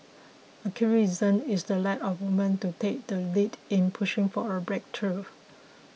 a key reason is the lack of women to take the lead in pushing for a breakthrough